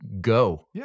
go